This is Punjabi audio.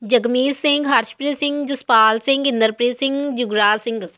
ਜਗਮੀਤ ਸਿੰਘ ਹਰਸ਼ਪ੍ਰੀਤ ਸਿੰਘ ਜਸਪਾਲ ਸਿੰਘ ਇੰਦਰਪ੍ਰੀਤ ਸਿੰਘ ਜੁਗਰਾਜ ਸਿੰਘ